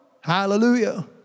hallelujah